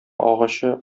агачы